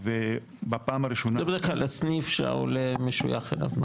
ובפעם הראשונה --- זה בדרך כלל הסניף שהעולה משויך אליו,